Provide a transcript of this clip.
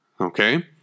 Okay